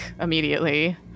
immediately